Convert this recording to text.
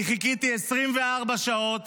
אני חיכיתי 24 שעות